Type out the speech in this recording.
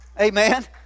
amen